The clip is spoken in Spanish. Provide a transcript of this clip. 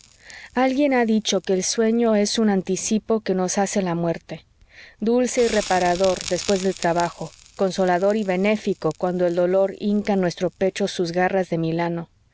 alguien ha dicho que el sueño es un anticipo que nos hace la muerte dulce y reparador después del trabajo consolador y benéfico cuando el dolor hinca en nuestro pecho sus garras de milano